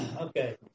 Okay